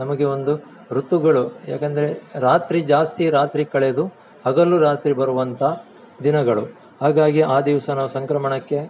ನಮಗೆ ಒಂದು ಋತುಗಳು ಯಾಕಂದರೆ ರಾತ್ರಿ ಜಾಸ್ತಿ ರಾತ್ರಿ ಕಳೆದು ಹಗಲು ರಾತ್ರಿ ಬರುವಂಥ ದಿನಗಳು ಹಾಗಾಗಿ ಆ ದಿವಸ ನಾವು ಸಂಕ್ರಮಣಕ್ಕೆ